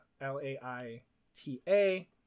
L-A-I-T-A